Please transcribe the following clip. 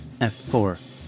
F4